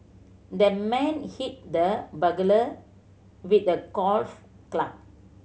the man hit the burglar with a golf club